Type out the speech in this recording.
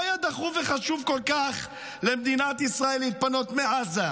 מדוע היה דחוף וחשוב כל כך למדינת ישראל להתפנות מעזה?